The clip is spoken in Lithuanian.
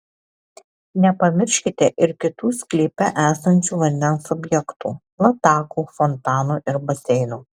nepamirškite ir kitų sklype esančių vandens objektų latakų fontanų ir baseinų